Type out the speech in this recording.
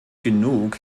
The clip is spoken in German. genug